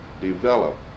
develop